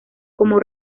como